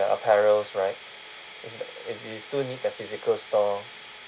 apparels right you still need the physical store